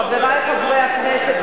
חברי חברי הכנסת,